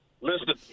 Listen